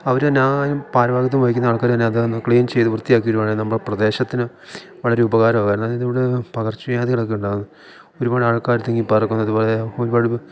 അവർ നാനും ഭാരവാഹിത്തം വഹിക്കുന്ന ആൾക്കാർ തന്നെ അത് ഒന്നു ക്ലീൻ ചെയ്തു വൃത്തിയാക്കി ഇടുവാണെങ്കിൽ നമ്മുടെ പ്രദേശത്തിന് വളരെ ഉപകാരം ആവുമായിരുന്നു അതായത് ഇവിടെ പകർച്ച വ്യാധികളൊക്കെ ഉണ്ടാവുന്നു ഒരുപാട് ആൾക്കാർ തിങ്ങി പാര്ക്കുന്നത് പോലെ ഒരുപാട്